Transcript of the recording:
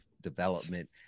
Development